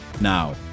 now